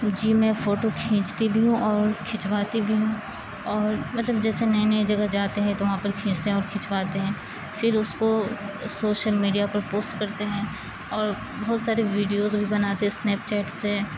جی میں فوٹو کھینچتی بھی ہوں اور کھنچواتی بھی ہوں اور مطلب جیسے نئے نئے جگہ جاتے ہیں تو وہاں پر کھینچتے ہیں اور کھنچواتے ہیں پھر اس کو سوشل میڈیا پر پوسٹ کرتے ہیں اور بہت ساری ویڈیوز بھی بناتے ہیں اسنیپ چیٹ سے